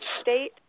state